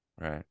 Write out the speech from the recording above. right